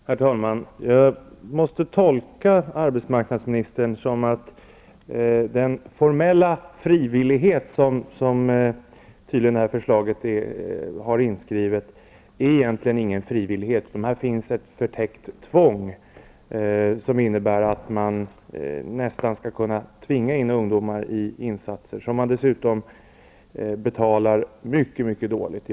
Herr talman! Jag måste tolka arbetsmarknadsministern så att den formella frivillighet som tydligen är inskriven i det här förslaget inte egentligen är någon frivillighet. Det finns ett förtäckt tvång som innebär att man nästan skall kunna tvinga in ungdomar i insatser som man dessutom betalar mycket dåligt.